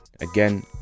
again